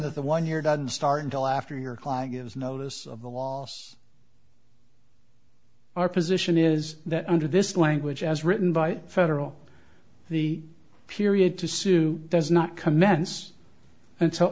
that the one year doesn't start until after your client gives notice of the loss our position is that under this language as written by federal the period to sue does not commence until